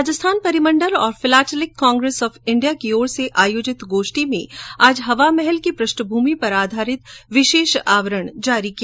राजस्थान परिमंडल और philatelic congress of India की ओर से हुई गोष्ठी में आज हवामहल की पृष्ठभूमि पर आधारित विशेष आवरण जारी किया